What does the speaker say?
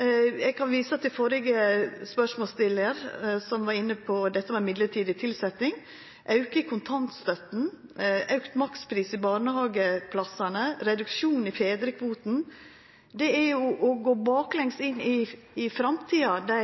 Eg kan visa til førre spørsmålsstillar, som var inne på dette med mellombels tilsetjing, auke av kontantstøtta, auka makspris for barnehageplassar og reduksjon av fedrekvoten. Dei handlingane som regjeringa har gjort, er jo å gå baklengs inn i framtida.